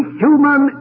human